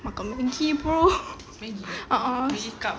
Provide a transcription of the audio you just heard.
makan Maggi bro a'ah